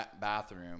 bathroom